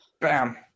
bam